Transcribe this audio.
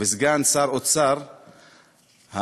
וסגן שר האוצר הקודם.